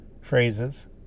phrases